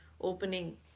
opening